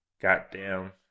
Goddamn